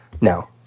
no